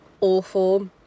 awful